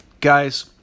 Guys